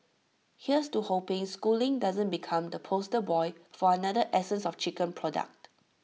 here's to hoping schooling doesn't become the poster boy for another essence of chicken product